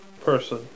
person